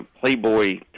Playboy